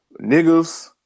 niggas